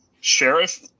Sheriff